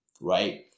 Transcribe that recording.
right